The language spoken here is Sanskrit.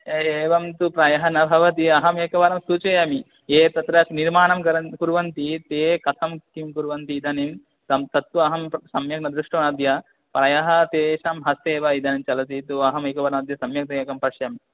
एवं तु प्रायः न भवति अहमेकवारं सूचयामि ये तत्र निर्माणं कर् कुर्वन्ति ते कथं किं कुर्वन्ति इदानीं तं गत्वा अहं सम्यक् न दृष्टवान् अद्य प्रायः तेषां हस्ते एव इदानीं चलति तु अहमेकवारम् अद्य सम्यक्तया एकं पश्यामि